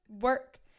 work